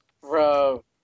Bro